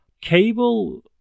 Cable